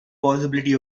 possibility